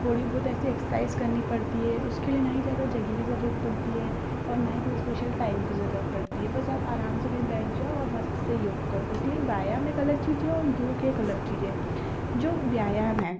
थोड़ी बहुत ऐसी एक्साइज़ करनी पड़ती है उसके लिए ना ही ज़्यादा जगह की जरूरत पड़ती है और ना ही कोई स्पेशल टाइम की जरूरत पड़ती है बस आप आराम से कहीं बैठ जाओ और मस्त से योग करो इसलिए व्यायाम एक अलग चीज है और योग एक अलग चीज है जो व्यायाम है